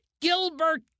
Gilbert